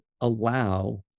allow